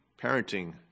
Parenting